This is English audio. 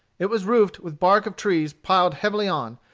it was roofed with bark of trees piled heavily on,